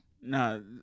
no